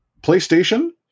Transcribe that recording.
PlayStation